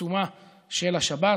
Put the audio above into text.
בעיצומה של השבת,